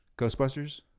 Ghostbusters